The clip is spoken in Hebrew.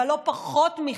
אבל לא פחות מכך,